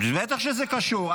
בטח שזה קשור.